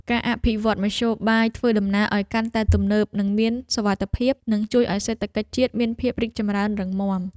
ការអភិវឌ្ឍន៍មធ្យោបាយធ្វើដំណើរឱ្យកាន់តែទំនើបនិងមានសុវត្ថិភាពនឹងជួយឱ្យសេដ្ឋកិច្ចជាតិមានភាពរីកចម្រើនរឹងមាំ។